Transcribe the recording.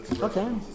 Okay